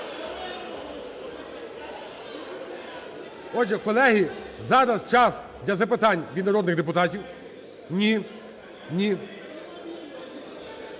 Отже, колеги, зараз час для запитань від народних депутатів. (Шум